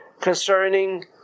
concerning